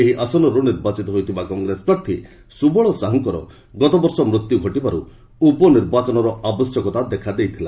ଏହି ଆସନରୁ ନିର୍ବାଚିତ ହୋଇଥିବା କଂଗ୍ରେସ ପ୍ରାର୍ଥୀ ସ୍କବଳ ସାହୁଙ୍କର ଗତବର୍ଷ ମୃତ୍ୟୁ ଘଟିବାରୁ ଉପନିର୍ବାଚନର ଆବଶ୍ୟକତା ଦେଖା ଦେଇଥିଲା